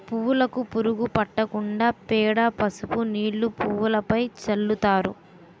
పువ్వులుకు పురుగు పట్టకుండా పేడ, పసుపు నీళ్లు పువ్వులుపైన చల్లుతారు